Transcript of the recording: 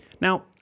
Now